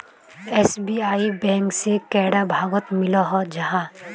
SBI bank से कैडा भागोत मिलोहो जाहा?